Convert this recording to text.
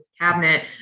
cabinet